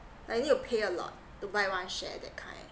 like you need to pay a lot to buy one share that kind